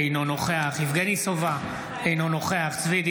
אינו נוכח ישראל אייכלר, אינו נוכח קארין